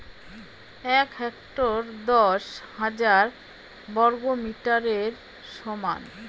এক হেক্টর দশ হাজার বর্গমিটারের সমান